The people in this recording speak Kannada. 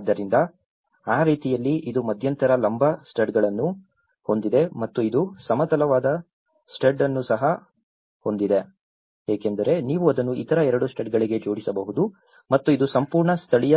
ಆದ್ದರಿಂದ ಆ ರೀತಿಯಲ್ಲಿ ಇದು ಮಧ್ಯಂತರ ಲಂಬ ಸ್ಟಡ್ಗಳನ್ನು ಹೊಂದಿದೆ ಮತ್ತು ಇದು ಸಮತಲವಾದ ಸ್ಟಡ್ ಅನ್ನು ಸಹ ಹೊಂದಿದೆ ಏಕೆಂದರೆ ನೀವು ಅದನ್ನು ಇತರ ಎರಡು ಸ್ಟಡ್ಗಳಿಗೆ ಜೋಡಿಸಬಹುದು ಮತ್ತು ಇದು ಸಂಪೂರ್ಣ ಸ್ಥಳೀಯ